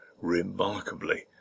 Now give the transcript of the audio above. remarkably